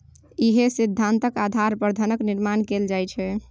इएह सिद्धान्तक आधार पर धनक निर्माण कैल जाइत छै